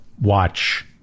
Watch